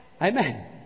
Amen